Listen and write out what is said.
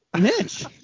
Mitch